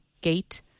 gate